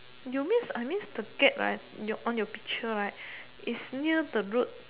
you means I means the cat right your on your picture right is near the road